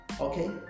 Okay